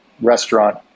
restaurant